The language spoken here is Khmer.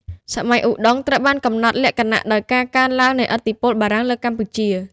សម័យឧដុង្គត្រូវបានកំណត់លក្ខណៈដោយការកើនឡើងនៃឥទ្ធិពលបរទេសលើកម្ពុជា។